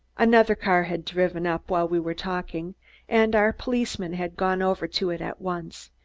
another car had driven up while we were talking and our policeman had gone over to it at once.